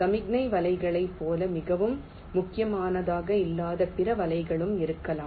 சமிக்ஞை வலைகளைப் போல மிகவும் முக்கியமானதாக இல்லாத பிற வலைகளும் இருக்கலாம்